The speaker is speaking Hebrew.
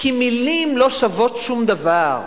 כי מלים לא שוות שום דבר.